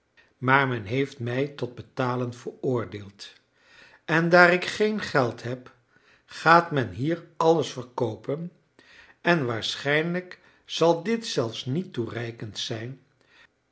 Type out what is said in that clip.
maar men heeft mij tot betalen veroordeeld en daar ik geen geld heb gaat men hier alles verkoopen en waarschijnlijk zal dit zelfs niet toereikend zijn